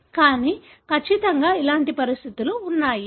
కానీ ఖచ్చితంగా ఇలాంటి పరిస్థితులు ఉన్నాయి